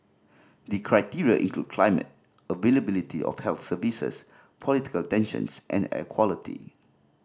the criteria include climate availability of health services political tensions and air quality